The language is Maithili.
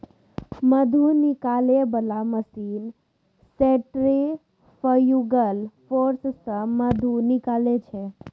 मधु निकालै बला मशीन सेंट्रिफ्युगल फोर्स सँ मधु निकालै छै